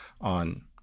on